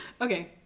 Okay